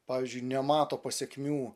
pavyzdžiui nemato pasekmių